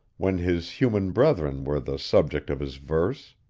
when his human brethren were the subject of his verse.